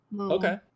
Okay